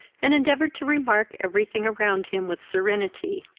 and endeavoured to remark every thing around him with serenity.